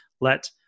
let